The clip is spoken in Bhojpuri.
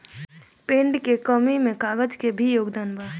पेड़ के कमी में कागज के भी योगदान बा